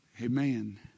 Amen